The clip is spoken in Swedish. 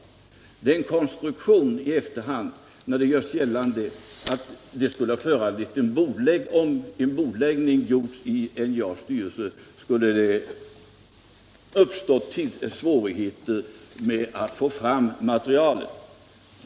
Det är en konstruktion i efterhand när det görs gällande att om en bordläggning beslutats inom NJA:s styrelse skulle det ha uppstått svårigheter med att få fram propositionen i tid.